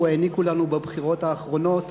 העניקו לנו בבחירות האחרונות.